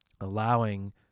allowing